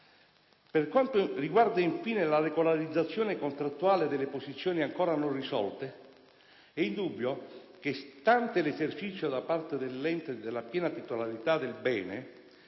Per quanto riguarda, infine, la regolarizzazione contrattuale delle posizioni ancora non risolte, è indubbio che, stante l'esercizio da parte dell'ente della piena titolarità del bene,